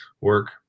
work